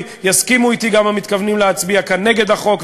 יסכימו אתי גם המתכוונים להצביע כאן נגד החוק,